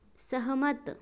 सहमत